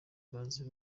bazi